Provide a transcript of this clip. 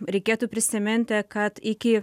reikėtų prisiminti kad iki